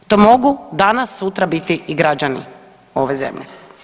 To mogu danas sutra biti i građani ove zemlje.